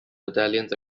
battalions